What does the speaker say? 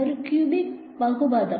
ഒരു ക്യൂബിക് ബഹുപദം